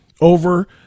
over